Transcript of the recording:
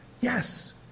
Yes